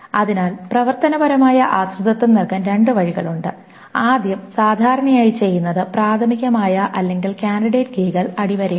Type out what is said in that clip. അതിനാൽ പ്രവർത്തനപരമായ ആശ്രിതത്വം നൽകാൻ രണ്ട് വഴികളുണ്ട് ആദ്യം സാധാരണയായി ചെയ്യുന്നത് പ്രാഥമികമായ അല്ലെങ്കിൽ ക്യാൻഡിഡേറ്റ് കീകൾ അടിവരയിടുന്നു